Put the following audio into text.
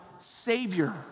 Savior